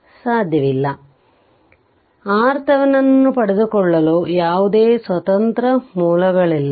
ಇದನ್ನು ಮಾಡಲು ಆರ್ತೆವೆನಿನ್ ಅನ್ನು ಪಡೆದುಕೊಳ್ಳಲು ಯಾವುದೇ ಸ್ವತಂತ್ರಮೂಲಗಳಿಲ್ಲ